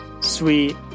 sweet